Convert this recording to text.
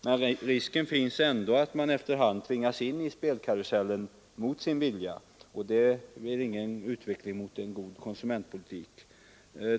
Men risken finns ändå att man efter hand tvingas in i spelkarusellen mot sin vilja, och det är ingen utveckling mot en god konsumentpolitik.